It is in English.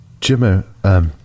Jimmer